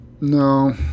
No